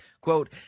Quote